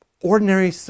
ordinary